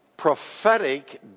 prophetic